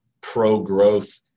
pro-growth